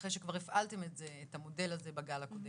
אחרי שכבר הפעלתם את המודל הזה בגל הקודם,